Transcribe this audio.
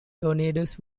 tornadoes